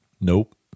Nope